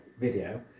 video